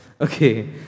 Okay